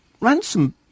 ransom